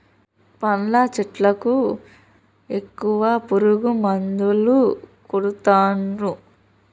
పండ్ల చెట్లకు ఎక్కువ పురుగు మందులు కొడుతాన్రు